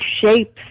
shapes